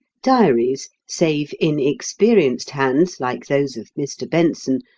diaries, save in experienced hands like those of mr. benson,